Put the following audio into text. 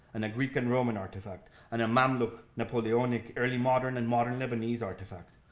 and a greek and roman artifact, and mamluk napoleonic early modern and modern lebanese artifact.